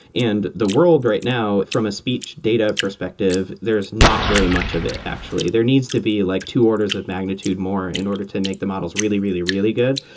and the world right now from a speech data perspective, there is not very much of it actually. there needs to be like two orders of magnitude more in order to make the models really, really, really good.